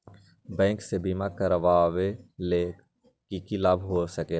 Bank से बिमा करावे से की लाभ होई सकेला?